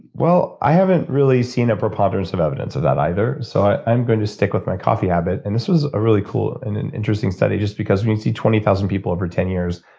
well, i haven't really seen a preponderance of evidence of that either, so i'm going to stick with my coffee habit. and this was a really cool and interesting study, just because when you see twenty thousand people over ten years,